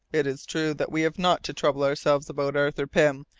it is true that we have not to trouble ourselves about arthur pym,